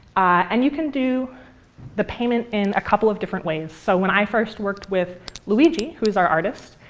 and you can do the payment in a couple of different ways. so when i first worked with luigi, who's our artist,